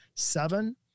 seven